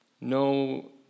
no